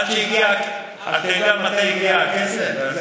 אתה יודע מתי הגיע הכסף?